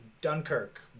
Dunkirk